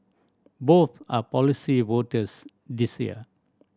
both are policy voters this year